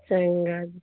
ਚੰਗਾ ਜੀ